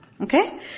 Okay